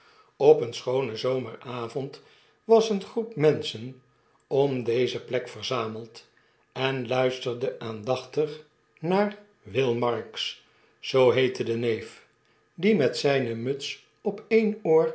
op eenen schoonen zomeravond was eene groep menschen om deze plek verzameld en luisterde aandachtig naar will marks zooheette de neef die met zpe muts op een